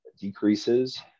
decreases